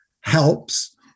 helps